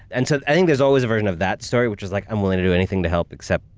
and so i think there's always a version of that story which is like, i'm willing to do anything to help except,